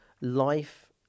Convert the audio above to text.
life